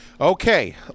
Okay